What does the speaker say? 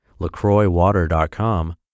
laCroixwater.com